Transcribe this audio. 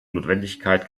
notwendigkeit